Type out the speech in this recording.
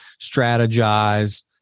strategize